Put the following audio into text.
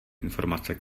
informace